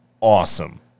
awesome